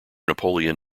napoleon